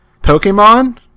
Pokemon